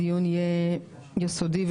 היה הרציונל?